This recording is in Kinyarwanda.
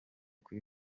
kuri